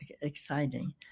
exciting